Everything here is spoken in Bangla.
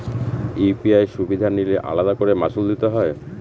ইউ.পি.আই সুবিধা নিলে আলাদা করে মাসুল দিতে হয়?